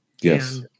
Yes